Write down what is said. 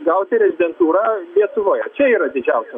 gauti rezidentūrą lietuvoje čia yra didžiausia